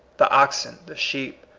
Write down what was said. the oxen, the sheep,